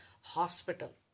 hospital